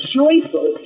joyful